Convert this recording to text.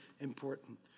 important